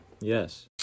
Yes